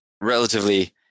relatively